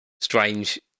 strange